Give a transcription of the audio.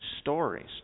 stories